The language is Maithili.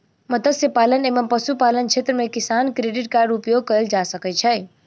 मत्स्य पालन एवं पशुपालन क्षेत्र मे किसान क्रेडिट कार्ड उपयोग कयल जा सकै छै